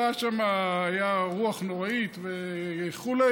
הייתה שם רוח נוראית וכו',